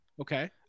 Okay